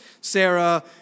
Sarah